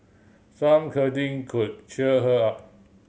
some cuddling could cheer her up